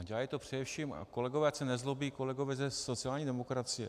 Dělají to především kolegové, ať se nezlobí, ze sociální demokracie.